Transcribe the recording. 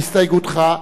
בהסתייגותך,